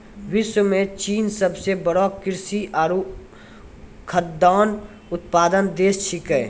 विश्व म चीन सबसें बड़ो कृषि आरु खाद्यान्न उत्पादक देश छिकै